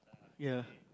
ya